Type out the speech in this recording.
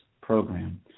program